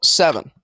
seven